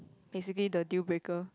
basically the deal breaker